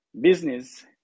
business